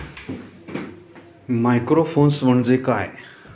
Microfinance म्हणजे काय?